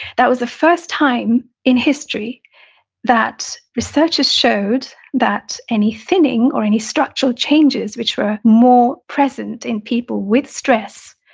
that was the first time in history that researchers showed that any thinning or any structural changes, which were more present in people with stress,